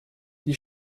die